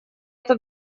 это